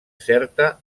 certa